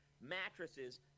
mattresses